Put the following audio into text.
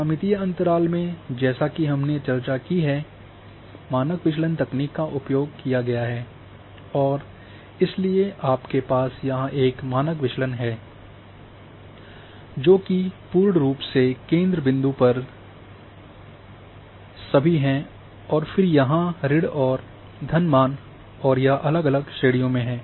ज्यामितीय अंतराल में जैसा कि हमने चर्चा की है मानक विचलन तकनीक का उपयोग किया गया है और इसलिए आपके पास यहां एक मानक विचलन है जो कि पूर्ण रूप से केंद्र बिंदु पर सभी है और फिर यहाँ ऋण और धन मान और यह अलग अलग श्रेणी में हैं